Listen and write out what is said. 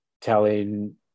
telling